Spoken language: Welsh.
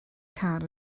car